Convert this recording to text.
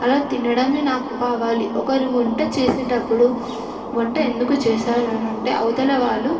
అలా తినడమే నాకు కావాలి ఒకరు వంట చేసేటప్పుడు వంట ఎందుకు చేశారు అననంటే అవతల వాళ్ళు